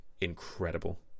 incredible